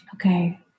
Okay